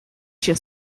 się